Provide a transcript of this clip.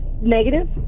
negative